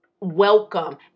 welcome